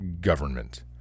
government